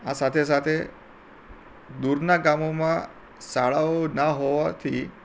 આ સાથે સાથે દૂરનાં ગામોમાં શાળાઓ ના હોવાથી